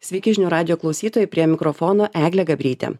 sveiki žinių radijo klausytojai prie mikrofono eglė gabrytė